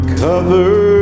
cover